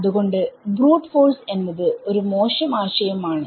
അത്കൊണ്ട് brute force എന്നത് ഒരു മോശം ആശയം ആണ്